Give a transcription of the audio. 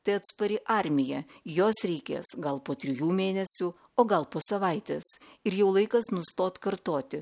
tai atspari armija jos reikės gal po trijų mėnesių o gal po savaitės ir jau laikas nustot kartoti